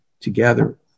together